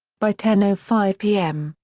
by ten ah five pm,